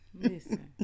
listen